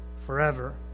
forever